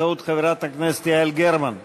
קבוצת סיעת יש עתיד, של חברי הכנסת רויטל סויד,